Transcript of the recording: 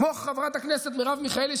כמו חברת הכנסת מרב מיכאלי,